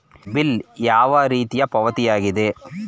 Bill ಯಾವ ರೀತಿಯ ಪಾವತಿಯಾಗಿದೆ?